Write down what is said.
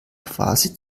quasi